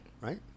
Right